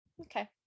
Okay